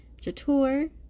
Jatur